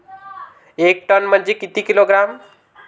एक टन म्हनजे किती किलोग्रॅम?